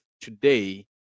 today